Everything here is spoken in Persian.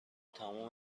تموم